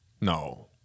No